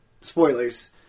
Spoilers